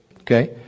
okay